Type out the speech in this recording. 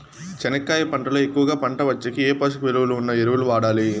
చెనక్కాయ పంట లో ఎక్కువగా పంట వచ్చేకి ఏ పోషక విలువలు ఉన్న ఎరువులు వాడాలి?